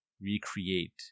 recreate